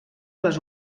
les